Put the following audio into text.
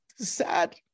sad